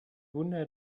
wunder